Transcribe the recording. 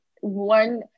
one